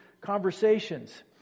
conversations